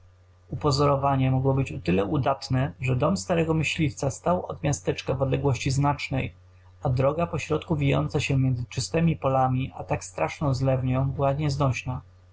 trochę nie uspokoi upozorowanie mogło być o tyle udatne że dom starego myśliwca stał od miasteczka w odległości znacznej a droga pośrodku wijąca się między czystemi polami w tak straszną zlewę była nieznośna